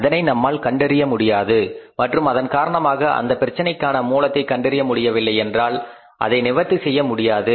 அதனை நம்மால் கண்டறிய முடியாது மற்றும் அதன் காரணமாக அந்த பிரச்சனைக்கான மூலத்தை கண்டறிய முடியவில்லையென்றால் அதை நிவர்த்தி செய்ய முடியாது